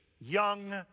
young